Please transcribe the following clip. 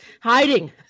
hiding